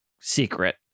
secret